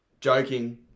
joking